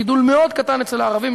גידול מאוד קטן אצל הערבים,